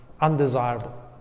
undesirable